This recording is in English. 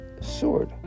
sword